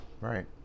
Right